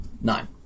Nine